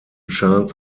chance